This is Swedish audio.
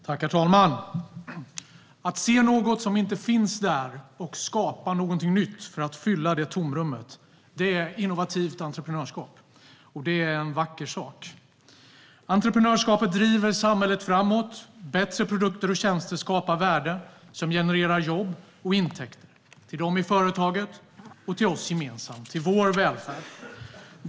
Herr talman! Att se något som inte finns där och skapa någonting nytt för att fylla det tomrummet är innovativt entreprenörskap, och det är en vacker sak. Entreprenörskapet driver samhället framåt. Bättre produkter och tjänster skapar värde som genererar jobb och intäkter till de i företaget och till oss gemensamt, till vår välfärd.